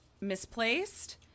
misplaced